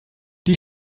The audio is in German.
die